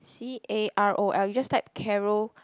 c_a_r_o_l you just type carol